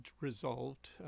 resolved